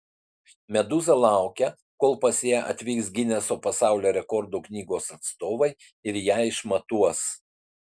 medūza laukia kol pas ją atvyks gineso pasaulio rekordų knygos atstovai ir ją išmatuos